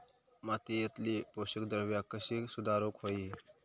मातीयेतली पोषकद्रव्या कशी सुधारुक होई?